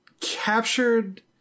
captured